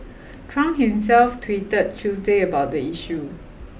Trump himself tweeted Tuesday about the issue